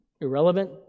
irrelevant